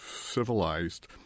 civilized